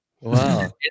wow